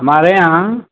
हमारे यहाँ